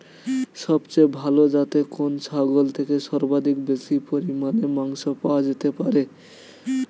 সবচেয়ে ভালো যাতে কোন ছাগল থেকে সর্বাধিক বেশি পরিমাণে মাংস পাওয়া যেতে পারে?